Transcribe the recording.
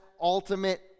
ultimate